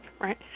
right